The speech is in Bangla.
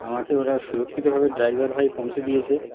আমাকে ওরা সুরক্ষিতভাবে ড্রাইভার ভাই পৌঁছে দিয়েছে